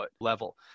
level